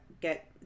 get